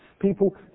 People